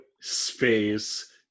space